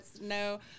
no